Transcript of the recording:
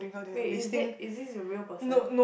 wait is that is this a real person